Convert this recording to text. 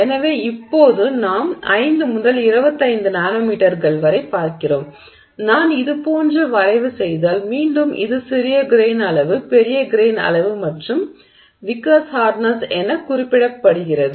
எனவே இப்போது நாம் 5 முதல் 25 நானோமீட்டர்களைப் பார்க்கிறோம் நான் இதேபோன்ற வரைவு செய்தால் மீண்டும் இது சிறிய கிரெய்ன் அளவு பெரிய கிரெய்ன் அளவு மற்றும் விக்கர்ஸ் ஹார்ட்னெஸ் என குறிப்பிடப்படுகிறது